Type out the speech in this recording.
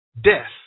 death